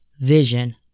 vision